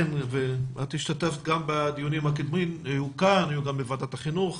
את השתתפת גם בדיונים הקודמים שהיו כאן ובוועדת החינוך